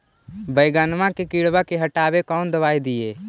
बैगनमा के किड़बा के हटाबे कौन दवाई दीए?